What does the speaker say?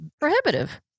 prohibitive